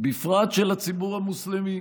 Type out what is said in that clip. בפרט של הציבור המוסלמי.